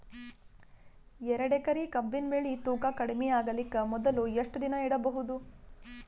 ಎರಡೇಕರಿ ಕಬ್ಬಿನ್ ಬೆಳಿ ತೂಕ ಕಡಿಮೆ ಆಗಲಿಕ ಮೊದಲು ಎಷ್ಟ ದಿನ ಇಡಬಹುದು?